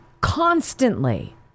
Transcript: constantly